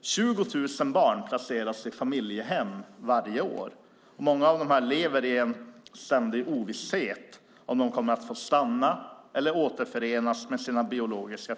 20 000 barn placeras i familjehem varje år. Många av dem lever i en ständig ovisshet om de kommer att få stanna i familjehemmet eller återförenas med sina biologiska